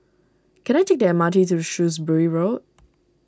can I take the M R T to Shrewsbury Road